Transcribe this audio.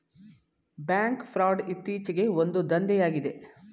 bank fraud ಇತ್ತೀಚೆಗೆ ಒಂದು ದಂಧೆಯಾಗಿದೆ